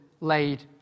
laid